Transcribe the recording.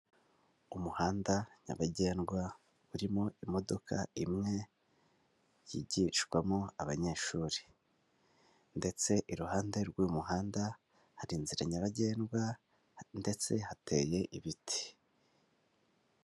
Umuhanda nyabagendwa, urimo imodoka imwe yigishwamo abanyeshuri ndetse iruhande rw'umuhanda hari inzira nyabagendwa ndetse hateye ibiti.